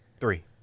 Three